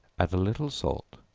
add a little salt,